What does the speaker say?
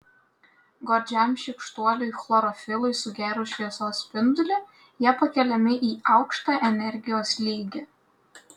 godžiam šykštuoliui chlorofilui sugėrus šviesos spindulį jie pakeliami į aukštą energijos lygį